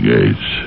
Gates